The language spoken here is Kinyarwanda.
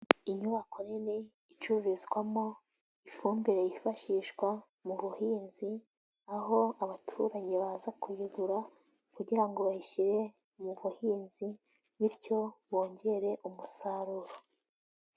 Inyubako nini, icururizwamo ifumbire yifashishwa mu buhinzi, aho abaturage baza kuyigura kugira ngo bayishyire mu buhinzi bityo bongere umusaruro.